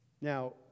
Now